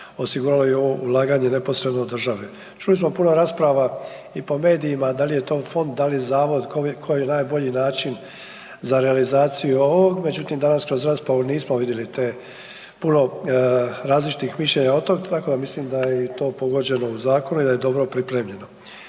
osigurala i ovo ulaganje neposredno od države. Čuli smo puno rasprava i po medijima, da li je to fond, da li je zavod, koji je najbolji način za realizaciju ovog, međutim, danas kroz raspravu nismo vidjeli te puno različitih mišljenja od tog, tako da mislim da je i to pogođeno u zakonu i da je dobro pripremljeno.